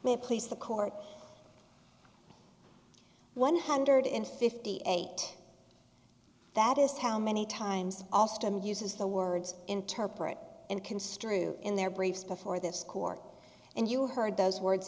will please the court one hundred and fifty eight that is how many times alston uses the words interpret and construe in their briefs before this court and you heard those words